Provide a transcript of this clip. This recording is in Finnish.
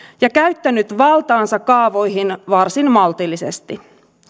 ja käyttänyt valtaansa kaavoihin varsin maltillisesti